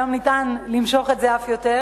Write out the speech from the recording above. היום ניתן למשוך את זה אף יותר,